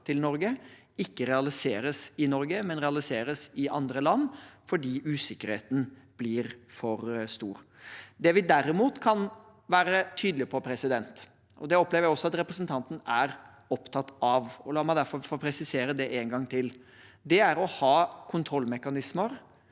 til Norge, ikke realiseres i Norge, men realiseres i andre land, fordi usikkerheten blir for stor. Det vi derimot kan være tydelige på, og som jeg også opplever at representanten er opptatt av – og la meg derfor få presisere det en gang til – er å ha kontrollmekanismer,